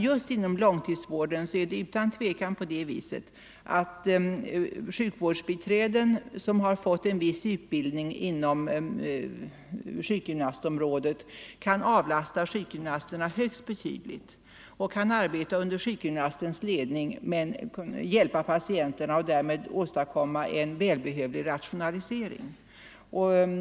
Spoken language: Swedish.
Just inom långtidsvården kan sjukvårdsbiträden som fått en viss utbildning på sjukgymnastområdet avlasta sjukgymnasterna högst betydligt. De kan arbeta under sjukgymnastens ledning och därmed hjälpa patienten. På så sätt kan man åstadkomma en välbehövlig rationalisering.